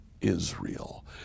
Israel